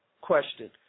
question